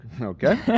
Okay